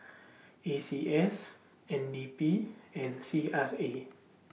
A C S N D P and C R A